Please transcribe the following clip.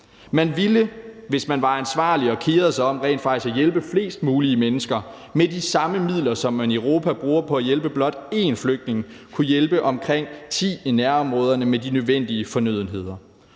Man ville, hvis man var ansvarlig og kerede sig om rent faktisk at hjælpe flest mulige mennesker, med de samme midler, som man i Europa bruger på at hjælpe blot en flygtning, kunne hjælpe omkring ti i nærområderne med de nødvendige fornødenheder.